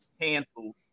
canceled